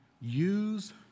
Use